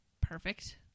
perfect